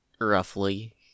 roughly